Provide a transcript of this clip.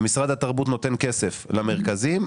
ומשרד התרבות נותן כסף למרכזים,